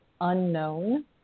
unknown